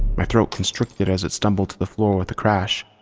my throat constricted as it tumbled to the floor with a crash.